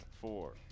Four